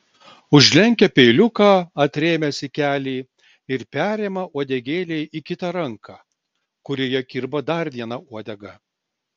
užlenkia peiliuką atrėmęs į kelį ir perima uodegėlę į kitą ranką kurioje kirba dar viena uodega